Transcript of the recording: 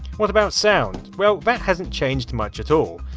what about sound? well, that hasn't changed much at all.